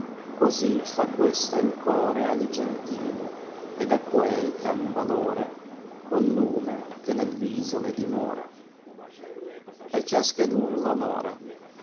cosi fa questa il core alli gentili ed a quei c'han talore col lume che nel viso le dimora ciaschedon l onora